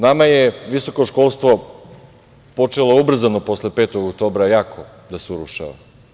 Nama je visoko školstvo počelo ubrzano posle 5. oktobra jako da se urušava.